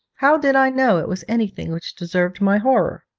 how did i know it was anything which deserved my horror?